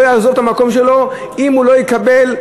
לא יעזוב את המקום שלו אם הוא לא יקבל,